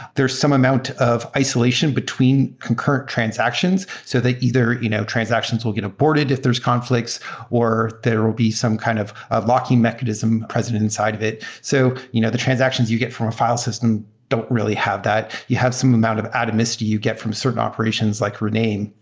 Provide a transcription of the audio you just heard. there's some amount of isolation between concurrent transactions. so that either you know transactions will get aborted if there's conflicts or there will be some kind of of locking mechanism present inside of it. so you know the transactions you get from a file system don't really have that. you have some amount of atomicity you get from certain operations like rename.